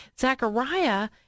Zechariah